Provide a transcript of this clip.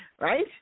right